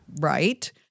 Right